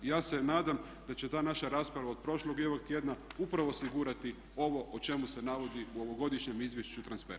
Ja se nadam da će ta naša rasprava od prošlog i ovog tjedna upravo osigurati ovo o čemu se navodi u ovogodišnjem izvješću Transperencyja.